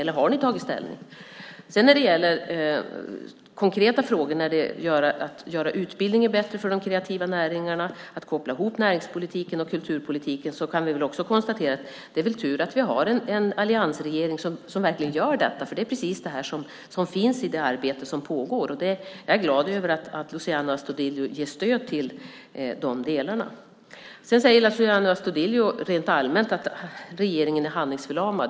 Eller har ni tagit ställning? När det sedan gäller konkreta frågor som att göra utbildningen bättre för de kreativa näringarna och att koppla ihop näringspolitiken och kulturpolitiken kan vi konstatera att det är tur att vi har en alliansregering som verkligen gör detta. Det är precis det här som finns i det arbete som pågår. Jag är glad över att Luciano Astudillo ger stöd till de delarna. Sedan säger Luciano Astudillo rent allmänt att regeringen är handlingsförlamad.